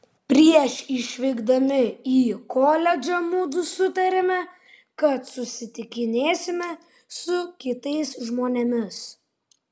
prieš išvykdami į koledžą mudu sutarėme kad susitikinėsime su kitais žmonėmis